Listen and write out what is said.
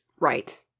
Right